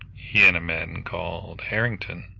he and a man called harrington.